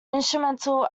instrumental